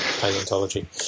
Paleontology